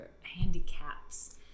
handicaps